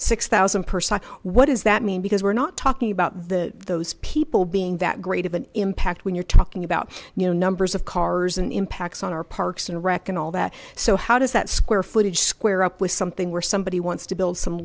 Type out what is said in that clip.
six thousand person what does that mean because we're not talking about the those people being that great of an impact when you're talking about you know numbers of cars and impacts on our parks and rec and all that so how does that square footage square up with something where somebody wants to build some